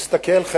תסתכל.